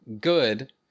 good